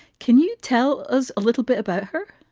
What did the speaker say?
can you tell us a little bit about her